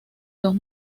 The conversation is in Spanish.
dos